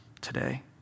today